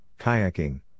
kayaking